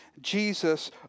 Jesus